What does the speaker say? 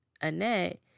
Annette